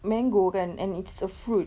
mango kan and it's a fruit